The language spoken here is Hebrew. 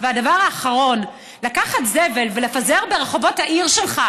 והדבר האחרון: לקחת זבל ולפזר ברחובות העיר שלך,